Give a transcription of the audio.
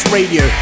Radio